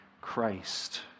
Christ